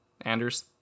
Anders